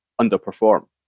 underperform